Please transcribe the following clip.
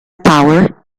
power